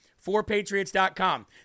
Forpatriots.com